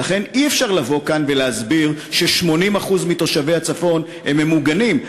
ולכן אי-אפשר לבוא כאן ולהסביר ש-80% מתושבי הצפון ממוגנים.